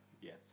Yes